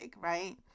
right